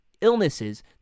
illnesses